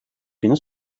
günü